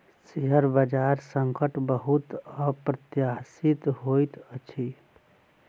share बजार संकट बहुत अप्रत्याशित होइत अछि